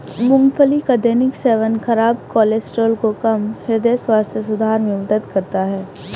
मूंगफली का दैनिक सेवन खराब कोलेस्ट्रॉल को कम, हृदय स्वास्थ्य सुधार में मदद करता है